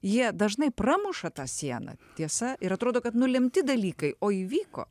jie dažnai pramuša tą sieną tiesa ir atrodo kad nulemti dalykai o įvyko